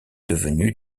devenu